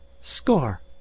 score